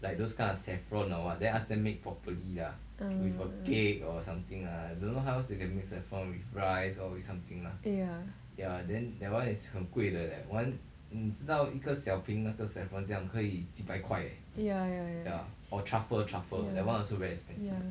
ah yeah yeah yeah yeah yeah